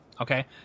Okay